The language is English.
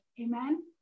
amen